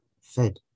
fed